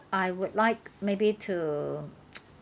I would like maybe to